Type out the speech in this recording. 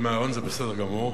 זה בסדר גמור,